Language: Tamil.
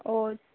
ஓ